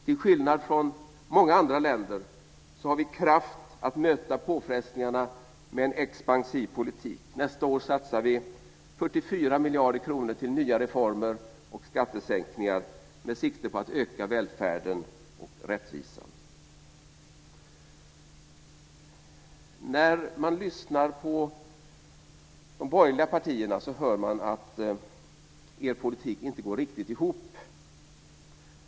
Till skillnad från många andra länder har Sverige kraft att möta påfrestningarna med en expansiv politik. Nästa år satsar vi 44 miljarder kronor till nya reformer och skattesänkningar med sikte på att öka välfärden och rättvisan. När man lyssnar på de borgerliga partierna hör man att er politik inte går riktigt ihop.